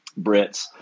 Brits